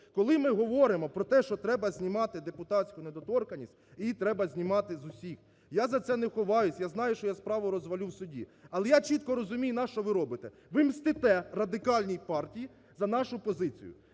коли ми говоримо про те, що треба знімати депутатську недоторканність, її треба знімати з усіх. Я за це не ховаюсь, я знаю, що я справу розвалю в суді, але я чітко розумію, нащо ви робите. Ви мстите Радикальній партії за нашу позицію,